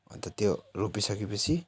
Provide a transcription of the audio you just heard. अन्त त्यो रोपिसके पछि